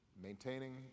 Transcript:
Maintaining